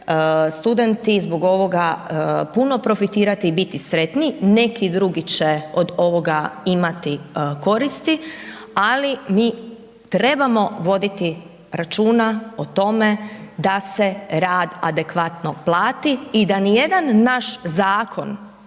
studenti zbog ovoga puno profitirati i biti sretni, neki drugi će od ovoga imati koristi, ali mi trebamo voditi računa o tome da se rad adekvatno plati i da nijedan naš zakon